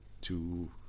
two